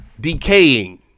decaying